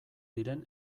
diren